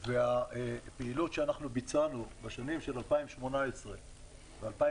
הפעילות שאנחנו ביצענו במשרד בשנים של 2018 ו-2019,